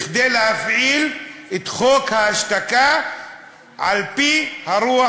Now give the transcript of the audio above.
כדי להפעיל את חוק ההשתקה על-פי הרוח